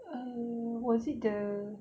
um was it the